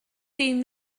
dim